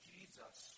Jesus